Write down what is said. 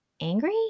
angry